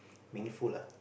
meaningful lah